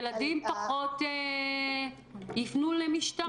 ילדים פחות יפנו למשטרה,